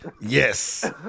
Yes